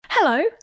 Hello